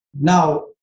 Now